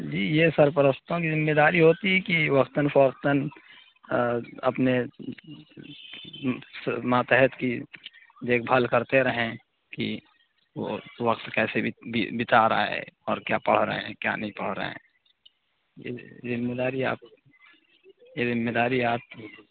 جی یہ سرپرستوں کی ذمہ داری ہوتی ہے کہ وقتاً فوقتاً اپنے ماتحت کی دیکھ بھال کرتے رہیں کہ وہ وقت کیسے بتا رہا ہے اور کیا پڑھ رہے ہیں اور کیا نہیں پڑھ رہے ہیں یہ ذمہ داری آپ یہ ذمہ داری آپ کی ہے